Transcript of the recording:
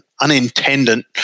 unintended